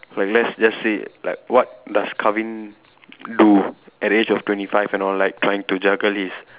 like let's just say like what does Kavin do at the age of twenty five and all like trying to juggle his